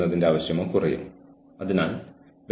നിങ്ങൾ ജീവനക്കാരനോട് പെരുമാറണം